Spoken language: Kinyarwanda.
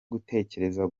gutekereza